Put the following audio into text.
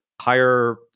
higher